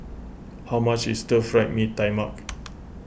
how much is Stir Fried Mee Tai Mak